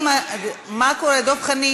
מה קורה, דב חנין?